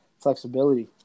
flexibility